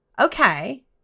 okay